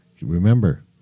Remember